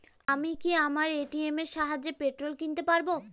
আমি কি আমার এ.টি.এম এর সাহায্যে পেট্রোল কিনতে পারব?